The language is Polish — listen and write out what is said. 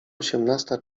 osiemnasta